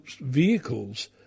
vehicles